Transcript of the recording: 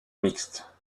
mixte